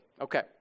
Okay